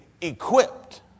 equipped